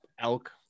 elk